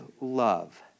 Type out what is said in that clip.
love